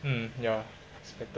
mm ya